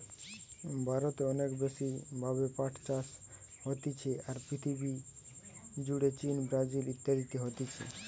ভারতে অনেক বেশি ভাবে পাট চাষ হতিছে, আর পৃথিবী জুড়ে চীন, ব্রাজিল ইত্যাদিতে হতিছে